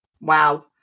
Wow